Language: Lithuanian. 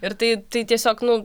ir tai tai tiesiog nu